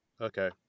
Okay